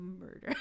murder